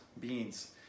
beans